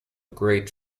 great